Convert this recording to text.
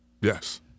Yes